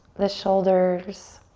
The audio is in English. the shoulders.